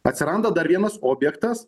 atsiranda dar vienas objektas